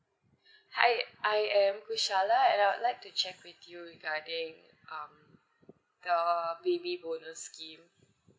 hi I am mishala and I'd like to check with you regarding um the baby bonus scheme